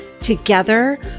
Together